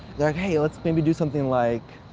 like, hey, let's maybe do something like,